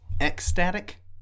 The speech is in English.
Ecstatic